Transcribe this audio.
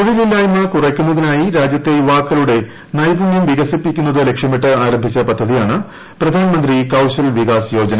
തൊഴിലില്ലായ്മ കുറയ്ക്കുന്നതിനായി രാജ്യത്തെ യുവാക്കളുടെ നൈപുണ്യം വികസിപ്പിക്കുന്നത് ലക്ഷ്യമിട്ട് ആരംഭിച്ച പദ്ധതിയാണ് പ്രധാൻമന്ത്രി കൌശൽ വികാസ് യോജന